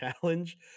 challenge